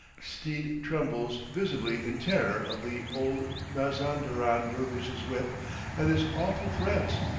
steed trembles visibly in terror of the old mazanderan dervish's whip and his awful threats.